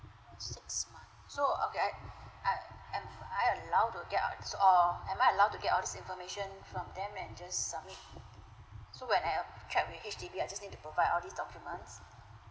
six months so okay I I am I allow to get us all am I allow to get all these information from them and just submit so when I check with H_D_B I just need to provide all these documents